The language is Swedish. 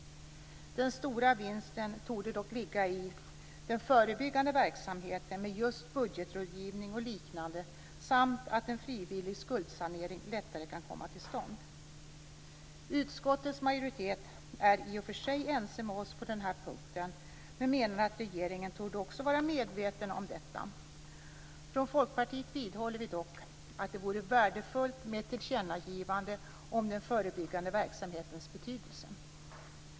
Den stora vinsten torde dock ligga i den förebyggande verksamheten med just budgetrådgivning och liknande samt att en frivillig skuldsanering lättare kan komma till stånd. Utskottets majoritet är i och för sig ense med oss på den här punkten men menar att regeringen torde också vara medveten om detta. Från Folkpartiet vidhåller vi dock att det vore värdefullt med ett tillkännagivande om den förebyggande verksamhetens betydelse.